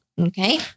okay